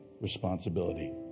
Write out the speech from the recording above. responsibility